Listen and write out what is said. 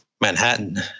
Manhattan